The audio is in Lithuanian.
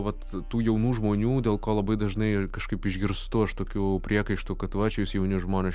vat tų jaunų žmonių dėl ko labai dažnai ir kažkaip išgirstu aš tokių priekaištų kad va čia jūs jauni žmonės